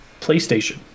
PlayStation